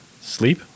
Sleep